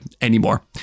anymore